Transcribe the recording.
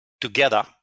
together